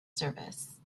service